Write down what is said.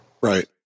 right